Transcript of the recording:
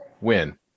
win